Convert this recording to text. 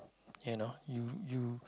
you know you you